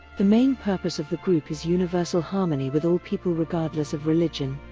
the main purpose of the group is universal harmony with all people regardless of religion,